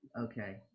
Okay